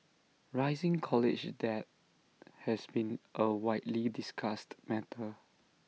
rising college debt has been A widely discussed matter